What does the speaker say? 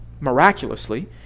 miraculously